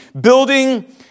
building